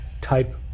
type